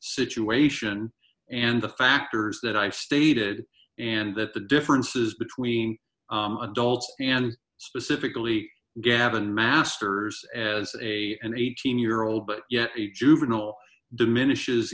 situation and the factors that i stated and that the differences between adults and specifically gavin masters as a an eighteen year old but yet a juvenile diminishes